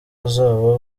azaba